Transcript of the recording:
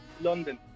London